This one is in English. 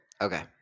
Okay